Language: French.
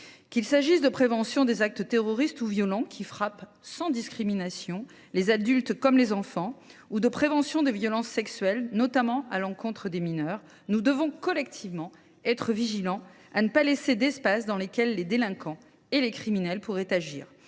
Qu’il s’agisse de prévention des actes terroristes ou violents qui frappent, sans discrimination, les adultes comme les enfants, ou de prévention des violences sexuelles notamment à l’encontre des mineurs, nous devons collectivement être vigilants et ne pas laisser d’espaces dans lesquels les délinquants et les criminels pourraient agir,